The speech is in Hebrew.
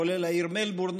כולל העיר מלבורן,